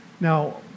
Now